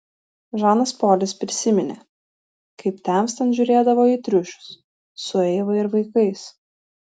žanas polis prisiminė kaip temstant žiūrėdavo į triušius su eiva ir vaikais